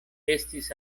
estis